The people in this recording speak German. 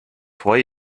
freu